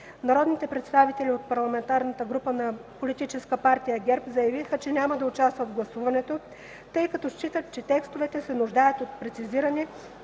Народните представители от Парламентарната група на Политическа партия ГЕРБ заявиха, че няма да участват в гласуването, тъй като считат, че текстовете се нуждаят от прецизиране